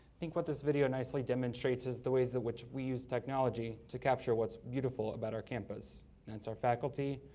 think what this video nicely demonstrates is the ways in which we use technology to capture what's beautiful about our campus, and that's our faculty,